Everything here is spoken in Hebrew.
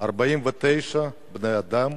49 בני-אדם